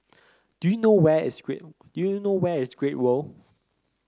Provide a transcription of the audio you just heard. do you know where is great do you know where is Great World